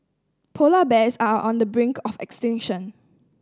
polar bears are on the brink of extinction